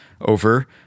over